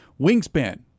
wingspan